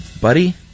buddy